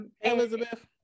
Elizabeth